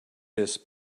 this